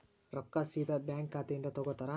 ರೊಕ್ಕಾ ಸೇದಾ ಬ್ಯಾಂಕ್ ಖಾತೆಯಿಂದ ತಗೋತಾರಾ?